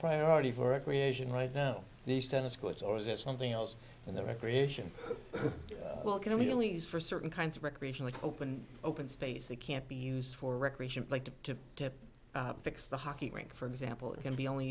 priority for recreation right now these tennis courts or is it something else from the recreation well can we really use for certain kinds of recreation like open open space that can't be used for recreation like to fix the hockey rink for example it can be only